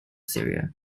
syria